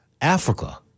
Africa